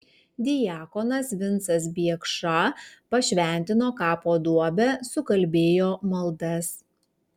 diakonas vincas biekša pašventino kapo duobę sukalbėjo maldas